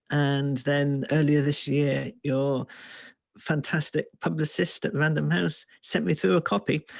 and then earlier this year, your fantastic publicist at randomhouse sent me through a copy.